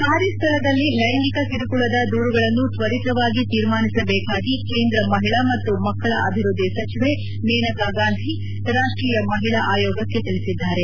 ಕಾರ್ಯಸ್ವಳದಲ್ಲಿ ಲೈಂಗಿಕ ಕಿರುಕುಳದ ದೂರುಗಳನ್ನು ತ್ವರಿತವಾಗಿ ತೀರ್ಮಾನಿಸಬೇಕಾಗಿ ಕೇಂದ್ರ ಮಹಿಳಾ ಮತ್ತು ಮಕ್ಕಳ ಅಭಿವೃದ್ದಿ ಸಚಿವೆ ಮೇನಕಾ ಗಾಂಧಿ ರಾಷ್ಷೀಯ ಮಹಿಳಾ ಆಯೋಗಕ್ಕೆ ತಿಳಿಸಿದ್ದಾರೆ